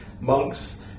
monks